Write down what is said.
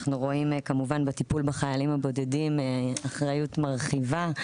אנחנו רואים כמובן בטיפול בחיילים הבודדים אחריות מרחיבה,